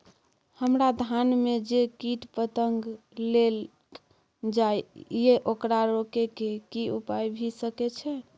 हमरा धान में जे कीट पतंग लैग जाय ये ओकरा रोके के कि उपाय भी सके छै?